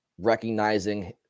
recognizing